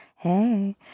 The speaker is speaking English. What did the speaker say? Hey